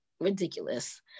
ridiculous